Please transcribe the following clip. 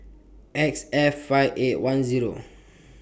X F five eight one Zero